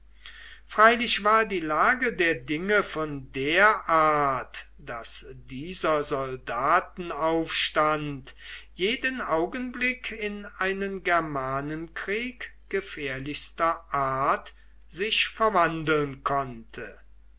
freilich war die lage der dinge von der art daß dieser soldatenaufstand jeden augenblick in einen germanenkrieg gefährlichster art sich verwandeln konnte